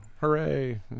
Hooray